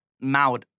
Mouth